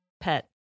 pet